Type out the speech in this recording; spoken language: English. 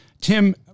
Tim